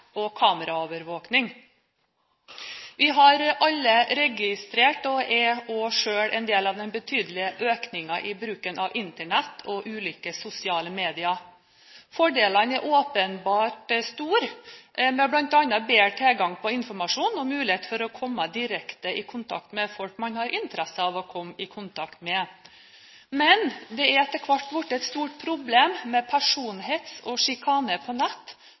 personvern kameraovervåking Vi har alle registrert – og er også selv en del av – den betydelige økningen i bruken av Internett og ulike sosiale medier. Fordelene er åpenbart store, med bl.a. bedre tilgang på informasjon og mulighet for å komme direkte i kontakt med folk man har interesse av å komme i kontakt med. Men det er etter hvert blitt et stort problem med personhets og sjikane på nett,